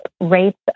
rates